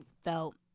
felt